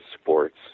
sports